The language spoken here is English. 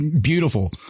Beautiful